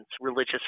religious